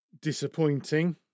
disappointing